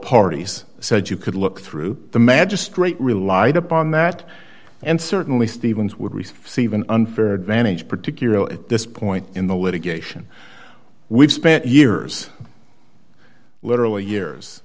parties said you could look through the magistrate relied upon that and certainly stevens would receive an unfair advantage particularly at this point in the litigation we've spent years literally years